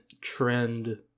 trend